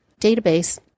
database